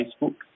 Facebook